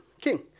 king